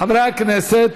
חברי הכנסת,